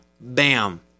Bam